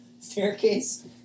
staircase